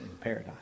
paradise